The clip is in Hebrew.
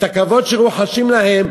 והכבוד שרוחשים להם,